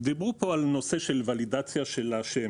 דיברו כאן על נושא של ולידציה של השם